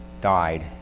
died